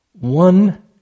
One